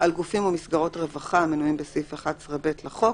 על גופים ומסגרות רווחה המנויים בסעיף 11(ב) לחוק